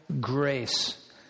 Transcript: grace